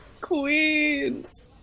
Queens